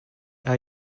are